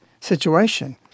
situation